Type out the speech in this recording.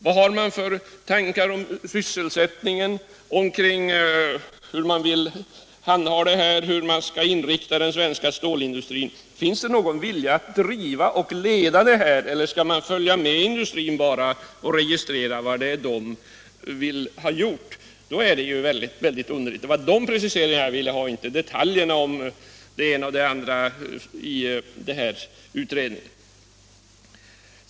Vad har man för tankar om sysselsättningen, om hur detta skall handhas, hur man skall inrikta den svenska stålindustrin? Finns det någon vilja att driva och leda denna inriktning? Eller skall man bara följa med industrin och registrera vad den vill ha gjort? Då är det ju väldigt underligt. Det var de preciseringarna jag ville ha och inte detaljerna om det ena och det andra i utredningen.